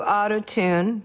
auto-tune